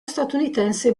statunitense